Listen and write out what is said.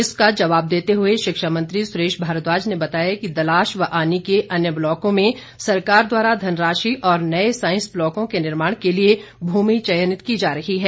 इस पर जवाब देते हुए शिक्षा मंत्री सुरेश भारद्वाज ने बताया कि दलाश व आनी के अन्य ब्लाकों में सरकार द्वारा धनराशि और नए सांइस ब्लॉकों के निर्माण के लिए भूमि चयनित की जा रही है